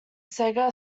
sega